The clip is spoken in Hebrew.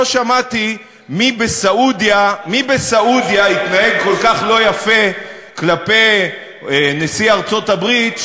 לא שמעתי מי בסעודיה התנהג כל כך לא יפה כלפי נשיא ארצות-הברית,